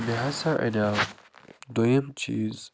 مےٚ ہسا اَنیو دۄیِم چیٖز